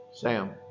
Sam